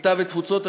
הקליטה והתפוצות,